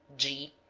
g,